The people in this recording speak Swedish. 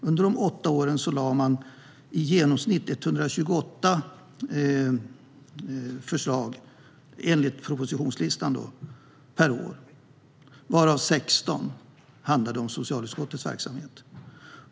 Under de åtta åren lade man, enligt propositionslistan, fram i genomsnitt 128 förslag per år, varav 16 handlade om socialutskottets verksamhet.